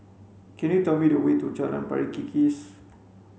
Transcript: can you tell me the way to Jalan Pari Kikis